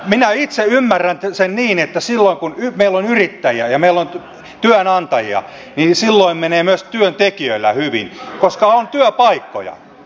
minä itse ymmärrän sen niin että silloin kun meillä on yrittäjiä ja meillä on työnantajia niin menee myös työntekijöillä hyvin koska on työpaikkoja